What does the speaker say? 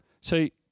see